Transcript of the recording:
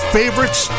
favorites